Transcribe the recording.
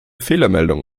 fehlermeldung